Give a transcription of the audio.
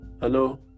Hello